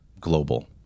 global